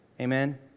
Amen